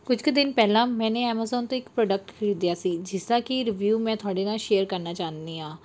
ਕੁਝ ਕੁ ਦਿਨ ਪਹਿਲਾਂ ਮੈਨੇ ਐਮਜੋਨ ਤੋਂ ਇੱਕ ਪ੍ਰੋਡਕਟ ਖਰੀਦਿਆ ਸੀ ਜਿਸਦਾ ਕਿ ਰਿਵਿਊ ਮੈਂ ਤੁਹਾਡੇ ਨਾਲ ਸ਼ੇਅਰ ਕਰਨਾ ਚਾਹੁੰਦੀ ਹਾਂ